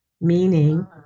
meaning